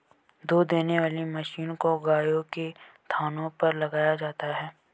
दूध देने वाली मशीन को गायों के थनों पर लगाया जाता है